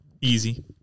Easy